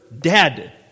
dead